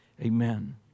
Amen